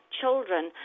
children